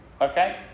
okay